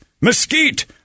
mesquite